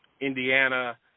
Indiana